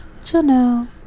Janelle